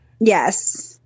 Yes